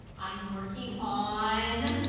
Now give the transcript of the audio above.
i'm working on